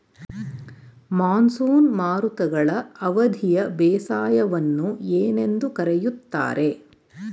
Monsoon ಮಾರುತಗಳ ಅವಧಿಯ ಬೇಸಾಯವನ್ನು ಏನೆಂದು ಕರೆಯುತ್ತಾರೆ?